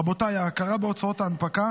רבותיי, ההכרה בהוצאות הנפקה